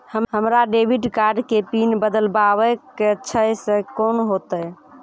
हमरा debit card के PIN बदलबावै के छैं से कौन होतै?